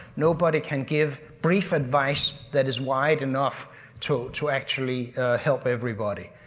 nobody can give brief advice that is wide enough to to actually help everybody